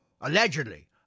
allegedly